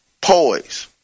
poise